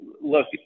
look